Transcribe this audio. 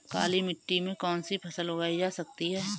काली मिट्टी में कौनसी फसल उगाई जा सकती है?